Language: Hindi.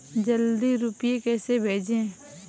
जल्दी रूपए कैसे भेजें?